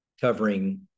covering